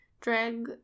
drag